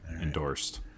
endorsed